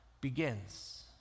begins